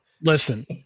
Listen